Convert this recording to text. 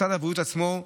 משרד הבריאות עצמו,